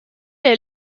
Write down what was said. est